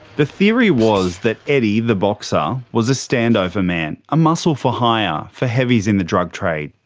the theory was that eddie the boxer was a standover man, a muscle for hire for heavies in the drug trade,